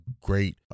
great